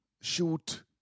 shoot